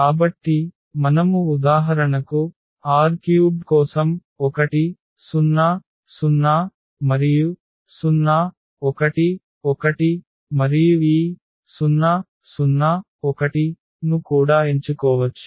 కాబట్టి మనము ఉదాహరణకు R³ కోసం 1 0 0 మరియు 0 1 1 మరియు ఈ 0 0 1 ను కూడా ఎంచుకోవచ్చు